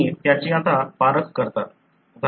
तुम्ही त्याची आता पारख करता